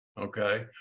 okay